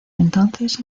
entonces